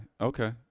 okay